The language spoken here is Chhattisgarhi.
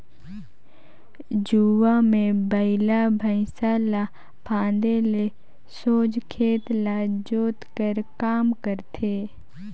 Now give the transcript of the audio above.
जुवा मे बइला भइसा ल फादे ले सोझ खेत ल जोत कर काम करथे